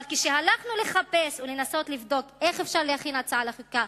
אבל כשהלכנו לחפש ולנסות לבדוק איך אפשר להכין הצעה לחוקה,